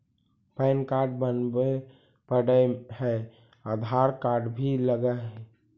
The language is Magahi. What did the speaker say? पैन कार्ड बनावे पडय है आधार कार्ड भी लगहै?